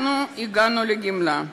הגענו לגמלה,